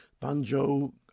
banjo